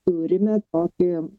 turime tokį